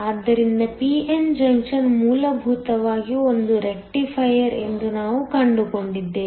ಆದ್ದರಿಂದ p n junction ಮೂಲಭೂತವಾಗಿ ಒಂದು ರೆಕ್ಟಿಫೈಯರ್ ಎಂದು ನಾವು ಕಂಡುಕೊಂಡಿದ್ದೇವೆ